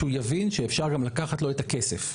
שהוא יבין שאפשר גם לקחת לו את הכסף.